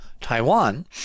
Taiwan –